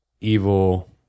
evil